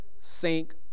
sink